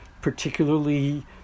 particularly